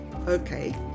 Okay